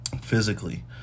physically